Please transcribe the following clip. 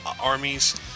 armies